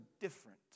different